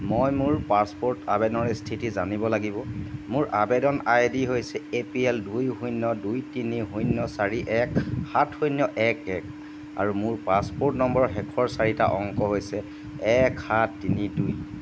মই মোৰ পাছপোৰ্ট আবেদনৰ স্থিতি জানিব লাগিব মোৰ আবেদন আই ডি হৈছে এ পি এল দুই শূন্য দুই তিনি শূন্য চাৰি এক সাত শূন্য এক এক আৰু মোৰ পাছপোৰ্ট নম্বৰৰ শেষৰ চাৰিটা অংক হৈছে এক সাত তিনি দুই